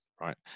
right